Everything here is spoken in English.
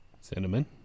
Cinnamon